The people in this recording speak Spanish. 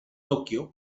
tokio